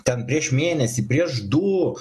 ten prieš mėnesį prieš du